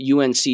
UNC